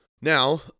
Now